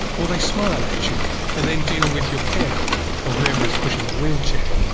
or they smile at you and then deal with your carer or whoever is pushing the wheelchair,